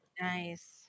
Nice